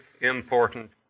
important